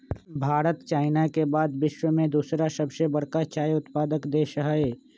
Bharat China के बाद विश्व में दूसरा सबसे बड़का चाय उत्पादक देश हई